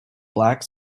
black